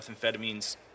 methamphetamines